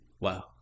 Wow